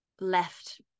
left